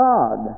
God